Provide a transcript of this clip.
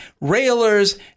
railers